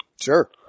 Sure